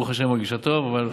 ברוך השם היא מרגישה טוב, אבל